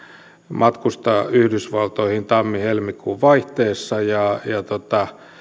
matkustan yhdysvaltoihin tammi helmikuun vaihteessa ja